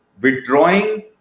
withdrawing